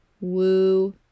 Woo